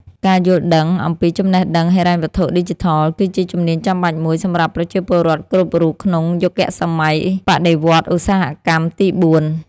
ការយល់ដឹងអំពីចំណេះដឹងហិរញ្ញវត្ថុឌីជីថល គឺជាជំនាញចាំបាច់មួយសម្រាប់ប្រជាពលរដ្ឋគ្រប់រូបក្នុងយុគសម័យបដិវត្តឧស្សាហកម្មទីបួន។